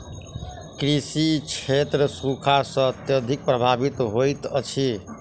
कृषि क्षेत्र सूखा सॅ अत्यधिक प्रभावित होइत अछि